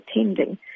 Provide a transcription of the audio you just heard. attending